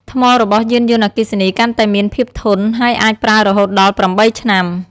ថ្មរបស់យានយន្តអគ្គីសនីកាន់តែមានភាពធន់ ហើយអាចប្រើរហូតដល់ 8 ឆ្នាំ។